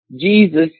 Jesus